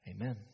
Amen